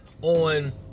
on